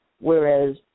whereas